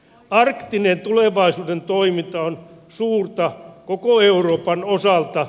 arktinen tulevaisuuden toiminta on suurta koko euroopan osalta